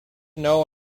know